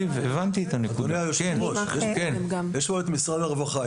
אדוני היושב ראש, נמצא כאן משרד הרווחה.